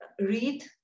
read